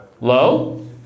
Low